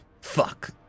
fuck